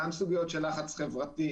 גם סוגיות של לחץ חברתי,